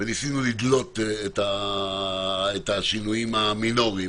וניסינו לדלות את השינויים המינוריים.